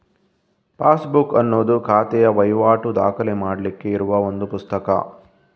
passbook ಅನ್ನುದು ಖಾತೆಯ ವೈವಾಟು ದಾಖಲೆ ಮಾಡ್ಲಿಕ್ಕೆ ಇರುವ ಒಂದು ಪುಸ್ತಕ